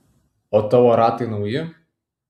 o tavo ratai nauji